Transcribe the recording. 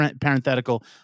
parenthetical